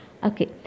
Okay